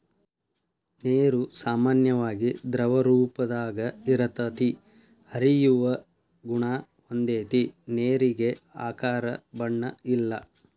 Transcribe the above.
ನೇರು ಸಾಮಾನ್ಯವಾಗಿ ದ್ರವರೂಪದಾಗ ಇರತತಿ, ಹರಿಯುವ ಗುಣಾ ಹೊಂದೆತಿ ನೇರಿಗೆ ಆಕಾರ ಬಣ್ಣ ಇಲ್ಲಾ